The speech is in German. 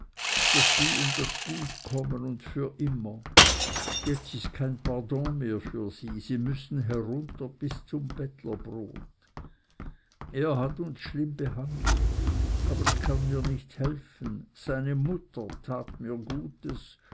daß die um das gut kommen und für immer jetzt ist kein pardon mehr für sie sie müssen herunter bis zum bettlerbrot er hat uns schlimm behandelt aber ich kann mir nicht helfen seine mutter tat mir gutes